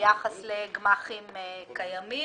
ביחס לגמ"חים קיימים.